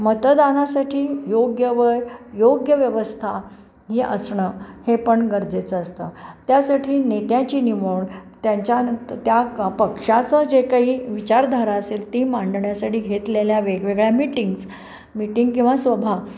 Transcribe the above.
मतदानासाठी योग्य वय योग्य व्यवस्था ही असणं हे पण गरजेचं असतं त्यासाठी नेत्याची निवड त्यांच्यान त्या पक्षाचं जे काही विचारधारा असेल ती मांडण्यासाठी घेतलेल्या वेगवेगळ्या मीटिंग्स मीटिंग किंवा सभा